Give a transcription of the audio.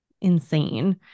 insane